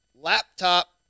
laptop